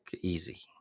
easy